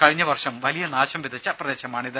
കഴിഞ്ഞ വർഷം വലിയ നാശംവിതച്ച പ്രദേശമാണിത്